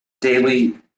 daily